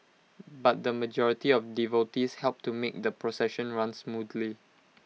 but the majority of devotees helped to make the procession run smoothly